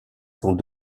sont